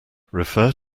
refer